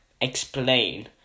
explain